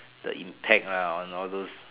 the impact lah on all those